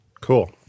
cool